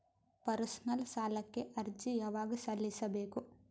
Personal ಸಾಲಕ್ಕೆ ಅರ್ಜಿ ಯವಾಗ ಸಲ್ಲಿಸಬೇಕು?